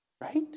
Right